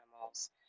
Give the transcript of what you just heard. animals